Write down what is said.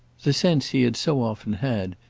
the sense he had so often had,